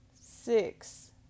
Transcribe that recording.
six